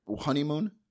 honeymoon